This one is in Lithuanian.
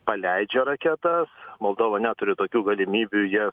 paleidžia raketas moldova neturi tokių galimybių jas